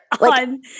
on